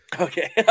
Okay